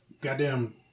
goddamn